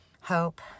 hope